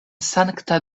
sankta